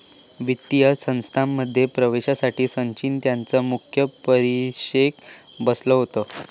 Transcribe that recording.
वित्तीय संस्थांमध्ये प्रवेशासाठी सचिन त्यांच्या मुख्य परीक्षेक बसलो होतो